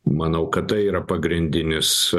manau kad tai yra pagrindinis